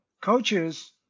coaches